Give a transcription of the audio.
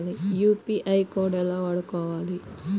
UPI code ఎలా వాడుకోవాలి?